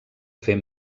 fer